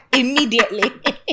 Immediately